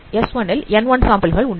S1 ல் N1 சாம்பிள்கள் உண்டு